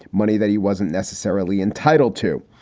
money that he wasn't necessarily entitled to.